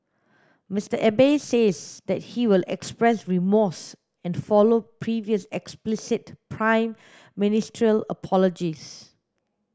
Mister Abe says that he will express remorse and follow previous explicit prime ministerial apologies